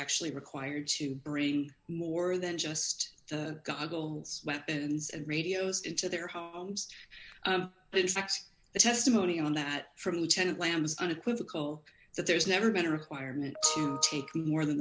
actually required to bring more than just goggles weapons and radios into their homes and in fact the testimony on that from lieutenant lamb's unequivocal that there's never been a requirement to take more than